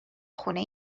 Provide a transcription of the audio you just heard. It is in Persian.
خونه